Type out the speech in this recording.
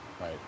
Right